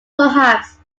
perhaps